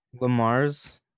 lamar's